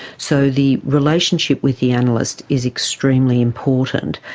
so the relationship with the analyst is extremely important,